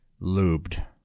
lubed